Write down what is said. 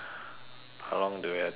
how long do we have to talk more